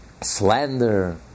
slander